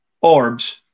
orbs